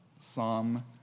Psalm